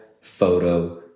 photo